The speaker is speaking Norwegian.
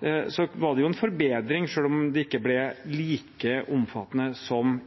det være en forbedring, selv om det ikke ville være like omfattende som